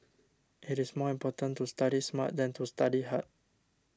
it is more important to study smart than to study hard